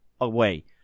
away